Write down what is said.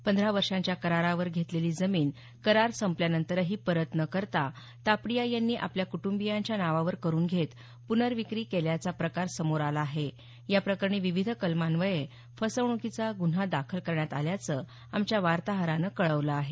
पंधरा वर्षांच्या करारावर घेतलेली जमीन करार संपल्यानंतरही परत न करता तापडिया यांनी आपल्या कुटुंबीयांच्या नावावर करून घेत पुनर्विक्री केल्याचा प्रकार समोर आला आहे या प्रकरणी विविध कलमान्वये फसवणुकीचा गुन्हा दाखल करण्यात आल्याचं आमच्या वार्ताहरानं कळवलं आहे